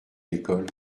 l’école